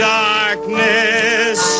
darkness